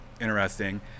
interesting